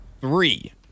three